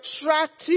attractive